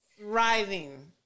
thriving